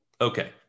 okay